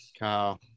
Wow